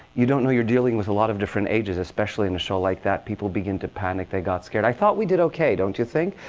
you don't know you're dealing with a lot of different ages, especially in a show like that. people begin to panic. they got scared. i thought we did ok, don't you think?